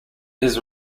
his